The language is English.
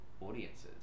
audiences